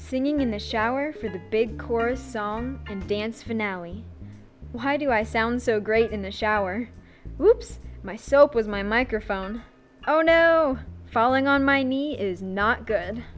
singing in the shower for the big corps song and dance finale why do i sound so great in shower oops my soap was my microphone oh no falling on my knee is not good